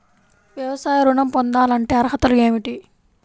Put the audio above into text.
వ్యవసాయ ఋణం పొందాలంటే అర్హతలు ఏమిటి?